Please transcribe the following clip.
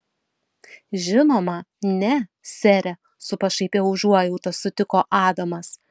žinoma ne sere su pašaipia užuojauta sutiko adamas